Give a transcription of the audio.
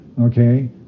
okay